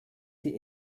die